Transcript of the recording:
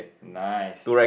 nice